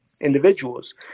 individuals